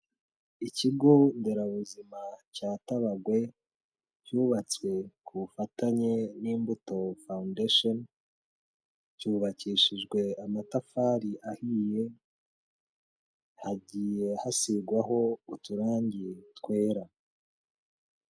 Ikigo nderabuzima cya Tabagwe cyubatswe ku bufatanye n'Imbuto foundation, cyubakishijwe amatafari ahiye, hagiye hasigwaho uturangi twera.